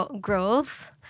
growth